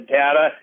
data